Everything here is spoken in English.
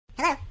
Hello